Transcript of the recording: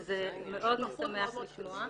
שזה מאוד משמח לשמוע.